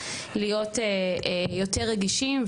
להיות יותר רגישים.